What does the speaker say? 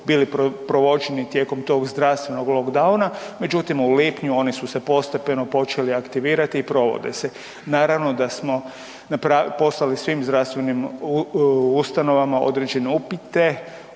bili provođeni tijekom tog zdravstvenog lockdowna, međutim u lipnju oni su se postepeno počeli aktivirati i provode se. Naravno da smo poslali svim zdravstvenim ustanovama određene upite